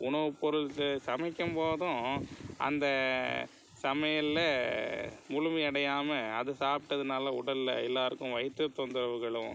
உணவு பொருட்கள் சமைக்கும்போதும் அந்த சமையலில் முழுமையடையாமல் அதை சாப்டதுனால் உடலில் எல்லோருக்கும் வயிற்று தொந்தரவுகளும்